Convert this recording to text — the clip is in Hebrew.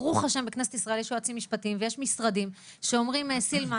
ברוך השם בכנסת ישראל יש יועצים משפטיים ויש משרדים שאומרים 'סילמן,